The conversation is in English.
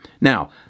Now